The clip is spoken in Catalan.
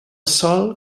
sòl